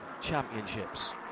Championships